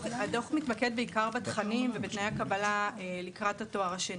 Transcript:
הדוח מתמקד בעיקר בתכנים ובתנאי הקבלה לקראת התואר השני.